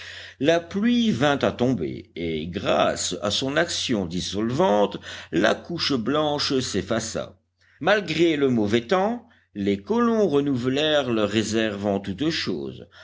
la pluie vint à tomber et grâce à son action dissolvante la couche blanche s'effaça malgré le mauvais temps les colons renouvelèrent leur réserve en toutes choses